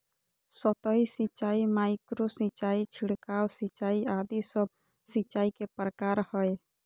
सतही सिंचाई, माइक्रो सिंचाई, छिड़काव सिंचाई आदि सब सिंचाई के प्रकार हय